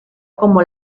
como